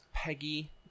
Peggy